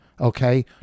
okay